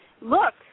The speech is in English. look